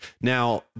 Now